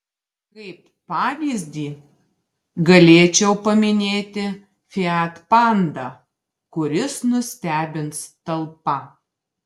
kaip pavyzdį galėčiau paminėti fiat panda kuris nustebins talpa